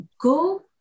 go